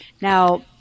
now-